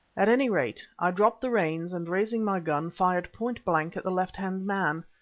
at any rate, i dropped the reins and, raising my gun, fired point blank at the left-hand man.